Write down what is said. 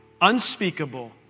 unspeakable